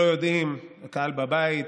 הקהל בבית,